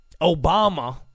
Obama